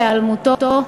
להיעלמותו,